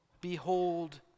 Behold